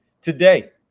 today